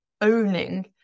owning